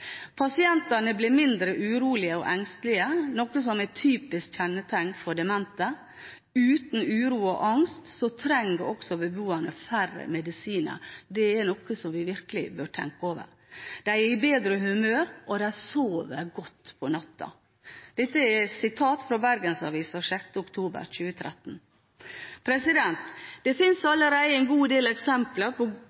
Pasientene ble mindre urolige og engstelige, noe som er typiske kjennetegn for demente. Uten uro og angst trenger beboerne færre medisiner, og det er noe vi virkelig bør tenke over. De er i bedre humør, og de sover godt om natta. Dette er sitater fra Bergensavisen 6. oktober 2013. Det